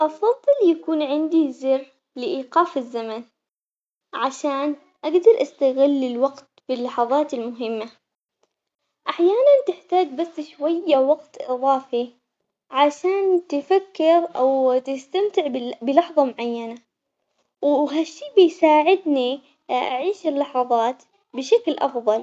أفضل يكون عندي زر لإيقاف الزمن عشان أقدر أستغل الوقت باللحظات المهمة، أحياناً تحتاج بس شوية وقت إضافي عشان تفكر أو تستمتع بال- بلحظة معينة، وهالشي بيساعدني أعيش اللحظات بشكل افضل.